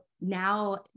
now